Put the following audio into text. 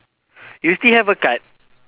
you still have a card